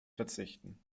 verzichten